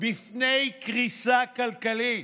בפני קריסה כלכלית.